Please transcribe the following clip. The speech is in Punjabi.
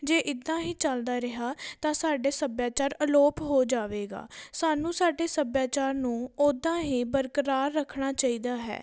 ਜੇ ਇੱਦਾਂ ਹੀ ਚੱਲਦਾ ਰਿਹਾ ਤਾਂ ਸਾਡਾਸੱਭਿਆਚਾਰ ਅਲੋਪ ਹੋ ਜਾਵੇਗਾ ਸਾਨੂੰ ਸਾਡੇ ਸੱਭਿਆਚਾਰ ਨੂੰ ਉੱਦਾਂ ਹੀ ਬਰਕਰਾਰ ਰੱਖਣਾ ਚਾਹੀਦਾ ਹੈ